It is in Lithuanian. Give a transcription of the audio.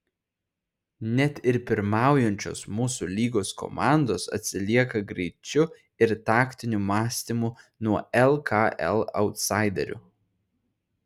net ir pirmaujančios mūsų lygos komandos atsilieka greičiu ir taktiniu mąstymu nuo lkl autsaiderių